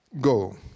go